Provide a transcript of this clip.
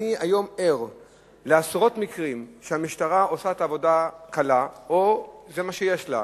אני ער היום לעשרות מקרים שהמשטרה עושה את העבודה קלה או זה מה שיש לה.